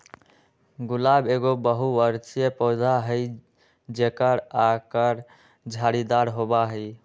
गुलाब एक बहुबर्षीय पौधा हई जेकर आकर झाड़ीदार होबा हई